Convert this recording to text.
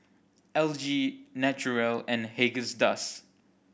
L G Naturel and Haagen's Dazs